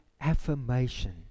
affirmation